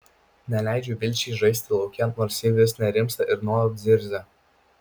neleidžiu vilčiai žaisti lauke nors ji vis nerimsta ir nuolat zirzia